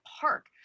park